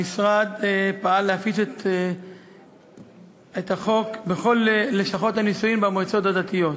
המשרד פעל להפיץ את החוק בכל לשכות הנישואים במועצות הדתיות.